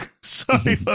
Sorry